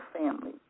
family